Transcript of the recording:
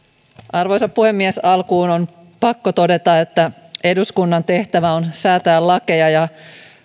arvoisa puhemies alkuun on pakko todeta että eduskunnan tehtävä on säätää lakeja ja